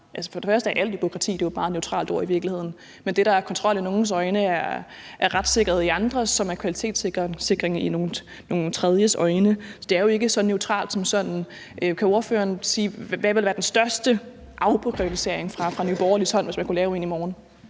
Alt er jo bureaukrati, det er i virkeligheden bare et neutralt ord, og det, der er kontrol i nogles øjne, er retssikkerhed i andres og kvalitetssikring i nogle helt tredjes. Så det er jo ikke så neutralt som så. Kan ordføreren sige, hvad der ville være den største afbureaukratisering fra Nye Borgerliges hånd, hvis man kunne lave en i morgen?